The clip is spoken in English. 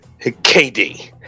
KD